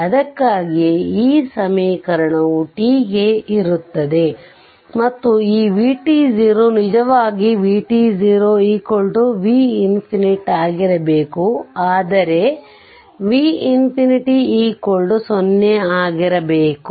ಅದಕ್ಕಾಗಿಯೇ ಈ ಸಮೀಕರಣವು t ಗೆ ಇರುತ್ತದೆ ಮತ್ತು ಈ vt0 ನಿಜವಾಗಿ vt0 v ಆಗಿರಬೇಕು ಆದರೆ v0 ಆಗಿರಬೇಕು